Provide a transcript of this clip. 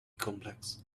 complex